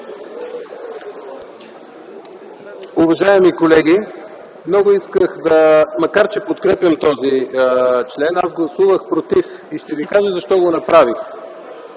Уважаеми колеги, макар че подкрепям този член, аз гласувах „против” и ще ви кажа защо го направих.